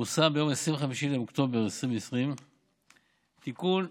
פורסם ביום 25 באוקטובר 2020 תיקון מס'